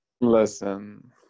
Listen